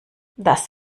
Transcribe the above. das